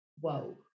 whoa